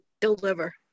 deliver